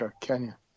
Kenya